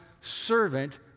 servant